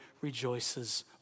rejoices